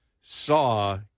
saw